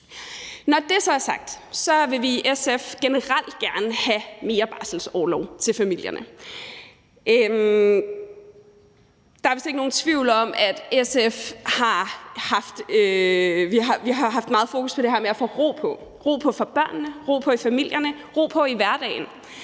Når det så er sagt, vil vi i SF generelt gerne have mere barselsorlov til familierne. Der er vist ikke nogen tvivl om, at SF har haft meget fokus på det her med at få ro på – ro på for børnene, ro på i familierne og ro på i hverdagen